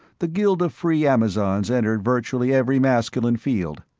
the guild of free amazons entered virtually every masculine field,